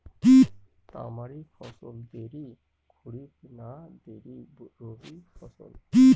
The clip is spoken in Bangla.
তামারি ফসল দেরী খরিফ না দেরী রবি ফসল?